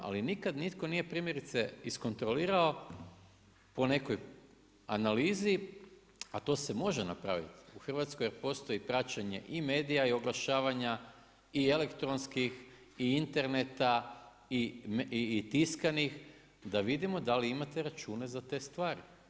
Ali nikad nitko nije primjerice iskontrolirao po nekoj analizi, a to se može napraviti u Hrvatskoj jer postoji praćenje i medija i oglašavanja i elektronskih i interneta i tiskanih, da vidimo da li imate račune za te stvari.